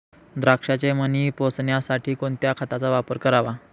द्राक्षाचे मणी पोसण्यासाठी कोणत्या खताचा वापर करावा?